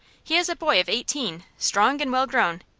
he is a boy of eighteen, strong and well grown.